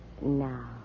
Now